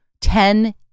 Ten